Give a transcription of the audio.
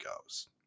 goes